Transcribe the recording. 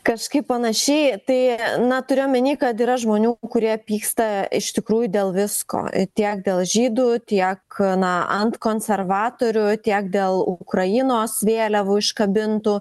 kažkaip panašiai tai na turiu omeny kad yra žmonių kurie pyksta iš tikrųjų dėl visko tiek dėl žydų tiek na ant konservatorių tiek dėl ukrainos vėliavų iškabintų